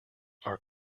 are